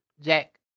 Jack